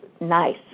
nice